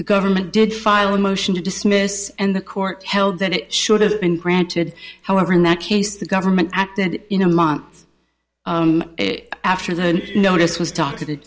the government did file a motion to dismiss and the court held that it should have been granted however in that case the government acted in a month after the notice was talk